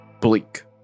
Bleak